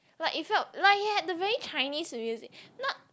like it felt like it had the very Chinese music not